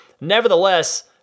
Nevertheless